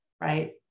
right